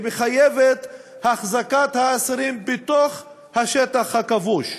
שמחייבת החזקת האסירים בתוך השטח הכבוש.